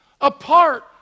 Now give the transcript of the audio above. Apart